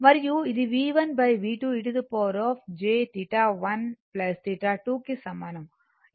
మరియు ఇది V1V2 ejθ1 θ2 కు సమానం